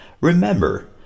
remember